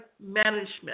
management